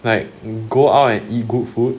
like go out and eat good food